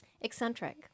Eccentric